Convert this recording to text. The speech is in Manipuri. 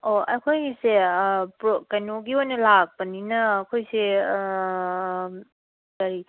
ꯑꯣ ꯑꯩꯈꯣꯏꯒꯤꯁꯦ ꯀꯩꯅꯣꯒꯤ ꯑꯣꯏꯅ ꯂꯥꯛꯄꯅꯤꯅ ꯑꯩꯈꯣꯏꯁꯦ ꯀꯩ